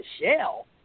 Michelle